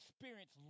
experience